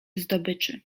zdobyczy